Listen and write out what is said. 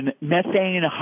methane